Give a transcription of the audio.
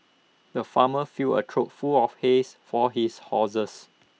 the farmer filled A trough full of hays for his horses